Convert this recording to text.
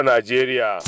Nigeria